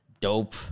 Dope